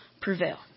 prevail